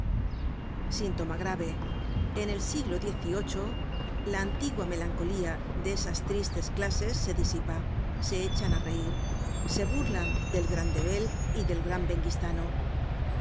síntoma grave en el siglo xviii la antigua melancolía de esas tristes clases se disipa se echan á reir se burlan del gran debel y del